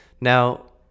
Now